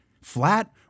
Flat